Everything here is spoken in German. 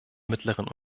mittleren